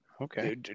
Okay